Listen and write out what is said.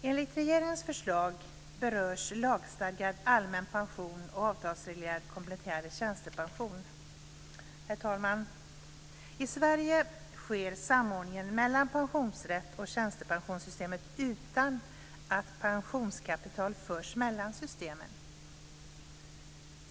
Enligt regeringens förslag berörs lagstadgad allmän pension och avtalsreglerad kompletterande tjänstepension. Herr talman! I Sverige sker samordningen mellan pensionsrätten och tjänstepensionssystemet utan att pensionskapital förs mellan systemen.